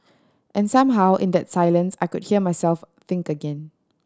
and somehow in that silence I could hear myself think again